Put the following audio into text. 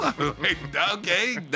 Okay